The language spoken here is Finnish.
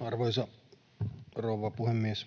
Arvoisa rouva puhemies!